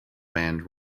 band